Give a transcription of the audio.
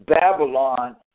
Babylon